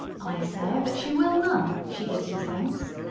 ay, sir but she will none, she gives you thanks.